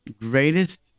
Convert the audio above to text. greatest